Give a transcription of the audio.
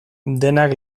denak